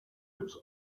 his